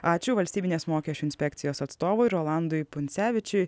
ačiū valstybinės mokesčių inspekcijos atstovui rolandui pundzevičiui